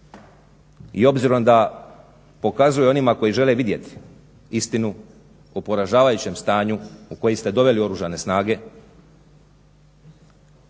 i obzirom da pokazuje onima koji žele vidjeti istinu o poražavajućem stanju u koji ste doveli Oružane snage